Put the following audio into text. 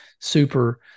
super –